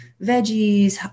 veggies